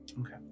Okay